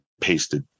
pasted